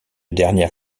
dernière